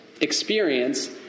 experience